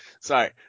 Sorry